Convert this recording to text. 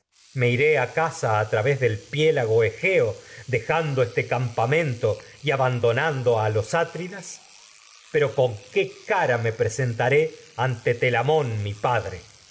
me iré a casa a través del piélago egeo dejando este do a campamento y abandonan los atridas pefo con qué cara me presentaré ante telamón mi padre